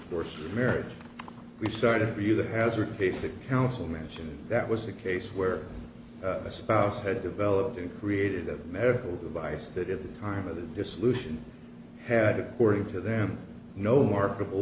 course of the marriage we started for you to hazard basic council mention that was the case where a spouse had developed and created a medical device that at the time of the dissolution had according to them no marketable